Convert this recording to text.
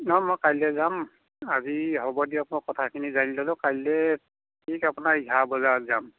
নহয় মই কাইলৈ যাম আজি হ'ব দিয়ক মই কথাখিনি জানি ল'লোঁ কাইলৈ ঠিক আপোনাৰ এঘাৰ বজাত যাম